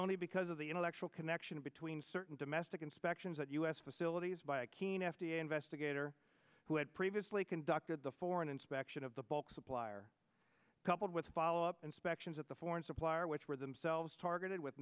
only because of the intellectual connection between certain domestic inspections at u s facilities by a keen f d a investigator who had previously conducted the for an inspection of the bulk supplier coupled with follow up inspections at the foreign supplier which were themselves targeted with